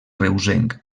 reusenc